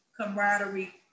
camaraderie